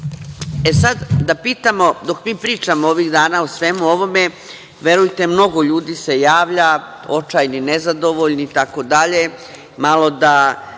neverovatno. Dok mi pričamo ovih dana o svemu ovome, verujte mnogo ljudi se javlja, očajni, nezadovoljni, itd.